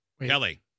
Kelly